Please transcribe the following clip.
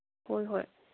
ꯍꯣꯏ ꯍꯣꯏ